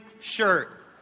shirt